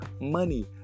money